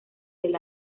del